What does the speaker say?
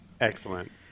Excellent